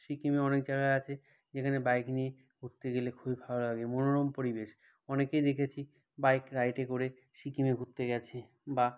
সিকিমের অনেক জায়গা আছে যেখানে বাইক নিয়ে ঘুরতে গেলে খুবই ভালো লাগে মনোরম পরিবেশ অনেকেই দেখেছি বাইক রাইডে করে সিকিমে ঘুরতে গিয়েছে বা